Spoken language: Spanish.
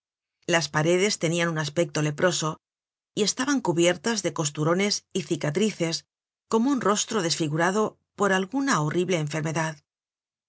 las paredés tenian un aspecto leproso y estaban cubiertas de costurones y cicatrices como un rostro desfigurado por alguna horrible enfermedad